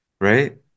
Right